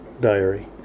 diary